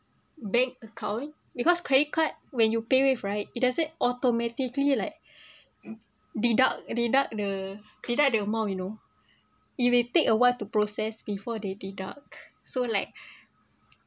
bank account because credit card when you pay wave right it doesn't automatically like deduct deduct the deduct the amount you know it will take a while to process before they deduct so like